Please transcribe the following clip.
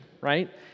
right